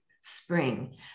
spring